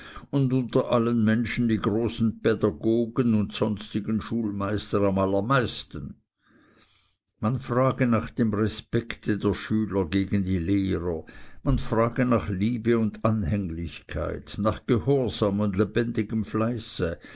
und unter allen menschen die großen pädagogen und sonstigen schulmeister am allermeisten man frage nach dem respekte der schüler gegen die lehrer man frage nach liebe und anhänglichkeit nach gehorsam und lebendigem fleiße